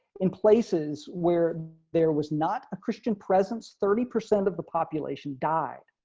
in places where there was not a christian presence thirty percent of the population died.